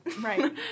Right